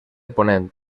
ponent